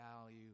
value